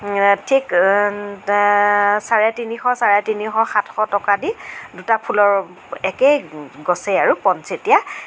ঠিক চাৰে তিনিশ চাৰে তিনিশ সাতশ টকা দি দুটা ফুলৰ একেই গছেই আৰু পণ চেতিয়া